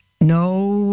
no